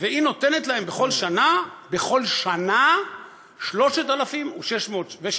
והיא נותנת להם בכל שנה, בכל שנה 3,600 שקל.